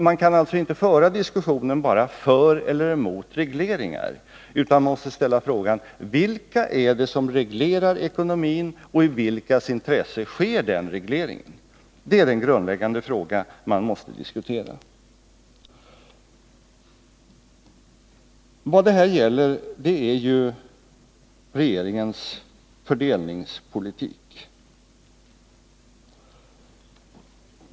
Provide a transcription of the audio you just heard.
Man kan alltså inte bara föra en diskussion som gäller argument för eller emot regleringar, utan de grundläggande frågor man måste ställa är följande: Vilka är det som reglerar ekonomin, och i vilkas intresse sker den regleringen? Vad det här gäller är ju regeringens fördelningspolitik.